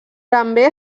també